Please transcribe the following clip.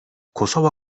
kosova